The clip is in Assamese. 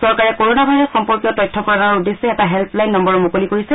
চৰকাৰে কৰণা ভাইৰাছ সম্পৰ্কীয় তথ্য প্ৰদানৰ উদ্দেশ্যে এটা হেল্পলৈাইন নম্নৰো মুকলি কৰিছে